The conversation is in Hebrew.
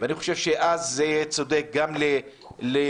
ואז זה יהיה צודק גם ללוד,